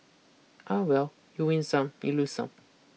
ah well you win some you lose some